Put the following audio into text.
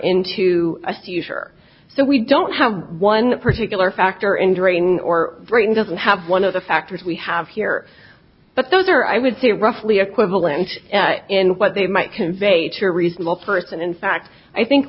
into a seizure so we don't have one particular factor in draining or britain doesn't have one of the factors we have here but those are i would say roughly equivalent in what they might convey to a reasonable person in fact i think